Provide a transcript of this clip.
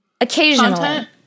Occasionally